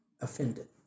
Offended